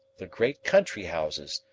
the great country-houses,